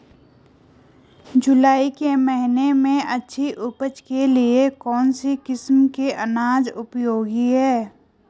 जुलाई के महीने में अच्छी उपज के लिए कौन सी किस्म के अनाज उपयोगी हैं?